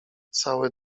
cały